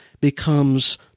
becomes